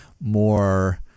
more